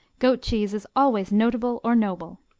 goat cheese is always notable or noble.